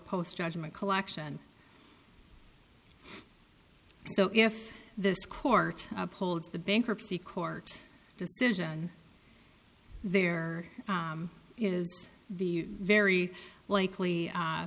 post judgment collection so if this court upholds the bankruptcy court decision there is the very likely